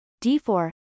D4